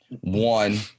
one